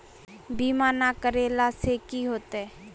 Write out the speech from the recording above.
बीमा ना करेला से की होते?